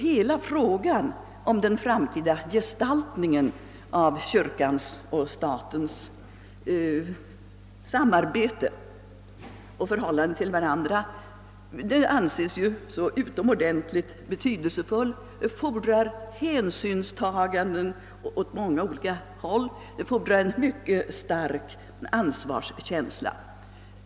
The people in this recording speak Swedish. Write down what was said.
Hela frågan om den framtida gestaltningen av kyrkans och statens samarbete och förhållande till varandra, som ju av folkets flertal anses utomordentligt betydelsefull, fordrar hänsynstaganden åt många olika håll och en mycket stark ansvarskänsla.